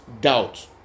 doubt